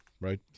right